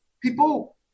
People